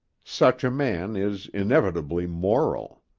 such a man is inevitably moral.